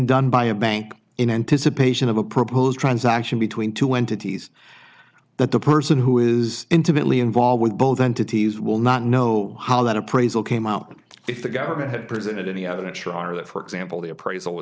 done by a bank in anticipation of a proposed transaction between two entities that the person who is intimately involved with both entities will not know how that appraisal came up and if the government had presented any evidence or are that for example the appraisal